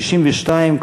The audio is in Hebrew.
ב-1992,